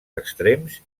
extrems